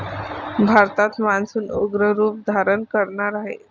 भारतात मान्सून उग्र रूप धारण करणार आहे